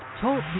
TALK